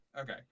Okay